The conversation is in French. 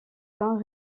saint